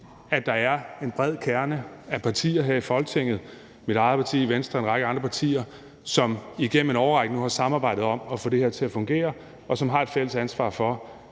der er en bred kerne af partier her i Folketinget – mit eget parti, Venstre og en række andre partier – som igennem en årrække nu har samarbejdet om at få det her til at fungere, og som har et fælles ansvar for,